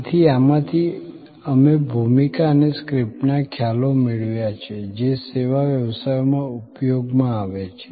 તેથી આમાંથી અમે ભૂમિકા અને સ્ક્રિપ્ટના ખ્યાલો મેળવ્યા છે જે સેવા વ્યવસાયોમાં ઉપયોગમાં આવે છે